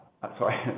Sorry